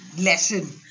lesson